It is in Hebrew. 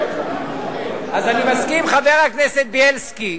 אז אני מסכים, חבר הכנסת בילסקי,